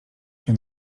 się